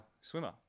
swimmer